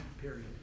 period